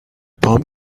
pump